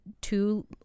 two